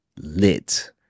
lit